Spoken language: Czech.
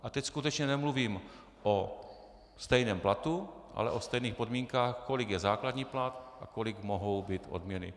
A teď skutečně nemluvím o stejném platu, ale o stejných podmínkách, kolik je základní plat a kolik mohou být odměny.